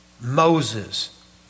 Moses